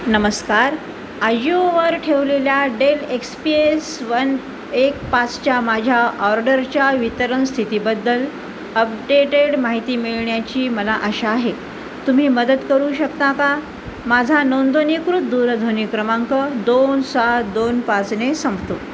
नमस्कार आयओवर ठेवलेल्या Dell X P S one एक पाचच्या माझ्या ऑर्डरच्या वितरण स्थितीबद्दल अपडेटेड माहिती मिळण्याची मला आशा आहे तुम्ही मदत करू शकता का माझा नोंदणीकृत दूरध्वनी क्रमांक दोन सात दोन पाचने संपतो